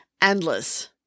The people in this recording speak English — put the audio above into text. endless